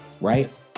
right